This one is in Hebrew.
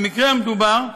במקרה המדובר,